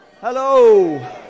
Hello